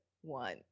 one